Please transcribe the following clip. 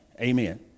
Amen